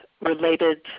related